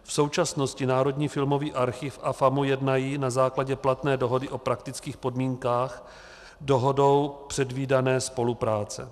V současnosti Národní filmový archiv a FAMU jednají na základě platné dohody o praktických podmínkách dohodou předvídané spolupráce.